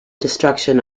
destruction